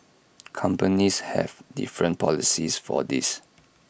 companies have different policies for this